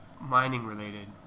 mining-related